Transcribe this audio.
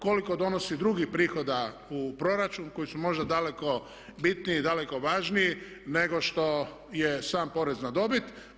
Koliko donosi drugih prihoda u proračun koji su možda daleko bitniji i daleko važniji nego što je sam porez na dobit.